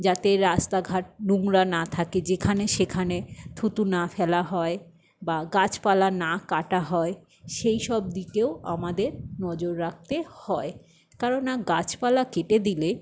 যাতে রাস্তাঘাট নোংরা না থাকে যেখানে সেখানে থুথু না ফেলা হয় বা গাছপালা না কাটা হয় সেই সব দিকেও আমাদের নজর রাখতে হয় কারণ না গাছপালা কেটে দিলে